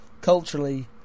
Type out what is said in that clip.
culturally